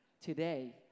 today